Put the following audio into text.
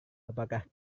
apakah